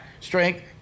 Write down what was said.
strength